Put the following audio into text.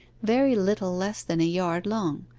very little less than a yard long,